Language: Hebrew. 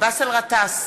באסל גטאס,